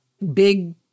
Big